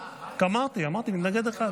אמרתי, מתנגד אחד.